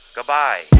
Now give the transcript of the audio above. Goodbye